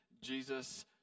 Jesus